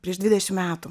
prieš dvidešimt metų